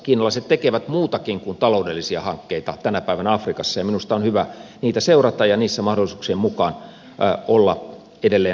kiinalaiset tekevät muutakin kuin taloudellisia hankkeita tänä päivänä afrikassa ja minusta on hyvä niitä seurata ja niissä mahdollisuuksien mukaan olla edelleen mukana